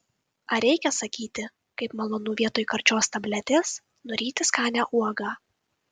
ar reikia sakyti kaip malonu vietoj karčios tabletės nuryti skanią uogą